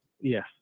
Yes